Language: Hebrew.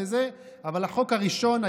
אבל החוק הראשון,